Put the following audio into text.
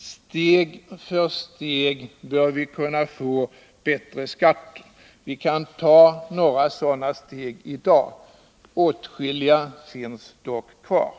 Steg för steg bör vi kunna få bättre skatter. Vi kan ta några sådana steg i dag. Åtskilliga steg återstår dock.